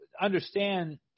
understand